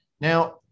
Now